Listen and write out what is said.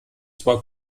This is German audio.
zwar